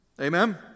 Amen